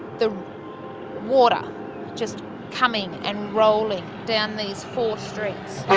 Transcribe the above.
the water just coming and rolling down these four streets